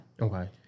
Okay